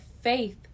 faith